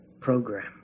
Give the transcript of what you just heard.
program